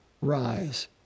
Rise